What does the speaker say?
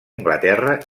anglaterra